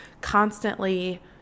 constantly